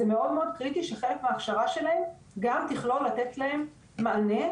זה מאוד מאוד קריטי שחלק מההכשרה שלהם גם תכלול לתת להם מענה,